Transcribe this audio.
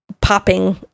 popping